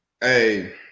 Hey